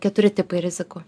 keturi tipai rizikų